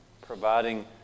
providing